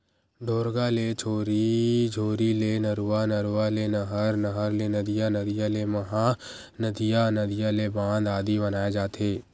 ढोरगा ले झोरी, झोरी ले नरूवा, नरवा ले नहर, नहर ले नदिया, नदिया ले महा नदिया, नदिया ले बांध आदि बनाय जाथे